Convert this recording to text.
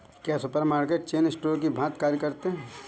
क्या supermarket chain store की भांति कार्य करते हैं?